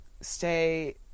stay